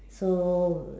so